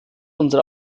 unsere